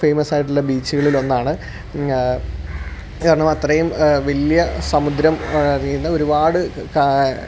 famous ആയിട്ടുള്ള ബീച്ചുകളിൽ ഒന്നാണ് കാരണം അത്രയും വലിയ സമുദ്രം അതിൽ നിന്ന് ഒരുപാട്